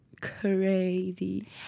crazy